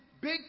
big